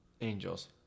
Angels